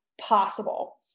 possible